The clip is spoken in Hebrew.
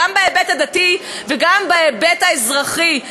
גם בהיבט הדתי וגם בהיבט האזרחי.